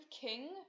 King